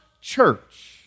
church